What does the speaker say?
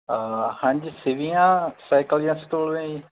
ਹਾਂਜੀ ਸੀਵੀਆਂ ਸਾਈਕਲ ਰਹੇ ਜੀ